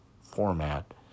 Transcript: format